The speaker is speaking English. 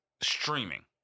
streaming